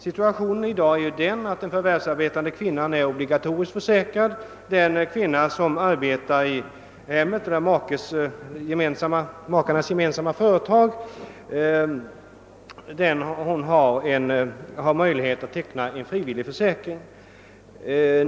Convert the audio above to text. Situationen i dag är den att förvärvsarbetande kvinnor är obligatoriskt försäkrade, medan de kvinnor som arbetar i hemmet eller i makarnas gemensamma företag har möjligheter att teckna en frivillig försäkring.